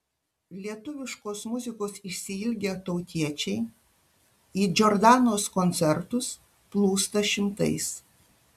lietuviškos muzikos išsiilgę tautiečiai į džordanos koncertus plūsta šimtais